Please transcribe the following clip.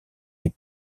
est